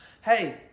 Hey